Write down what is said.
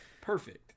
Perfect